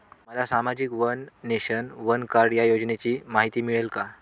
मला सामाजिक one nation, one card या योजनेची माहिती मिळेल का?